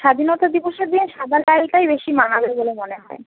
স্বাধীনতা দিবসের দিন সাদা লালটাই বেশি মানাবে বলে মনে হয়